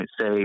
say